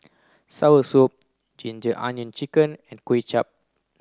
soursop ginger onion chicken and Kway Chap